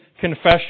confession